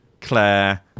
Claire